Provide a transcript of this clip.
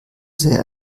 sehr